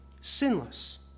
sinless